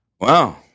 Wow